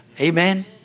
Amen